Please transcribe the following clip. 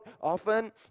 often